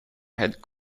had